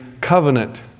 covenant